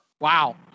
Wow